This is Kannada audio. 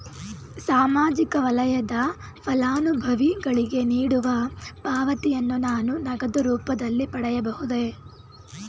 ಸಾಮಾಜಿಕ ವಲಯದ ಫಲಾನುಭವಿಗಳಿಗೆ ನೀಡುವ ಪಾವತಿಯನ್ನು ನಾನು ನಗದು ರೂಪದಲ್ಲಿ ಪಡೆಯಬಹುದೇ?